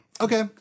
Okay